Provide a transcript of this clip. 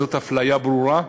זאת אפליה ברורה.